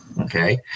Okay